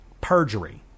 Perjury